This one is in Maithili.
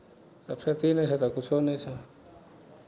सफैती नहि छह तऽ किछो नहि छह